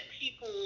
people